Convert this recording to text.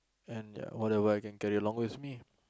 and ya whatever I can carry along with me